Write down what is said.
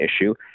issue